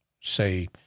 say